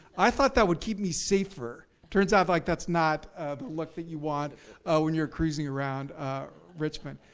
i thought that would keep me safer. turns out like that's not look that you want when you're cruising around richmond.